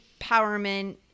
empowerment